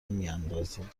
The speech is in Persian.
میاندازیم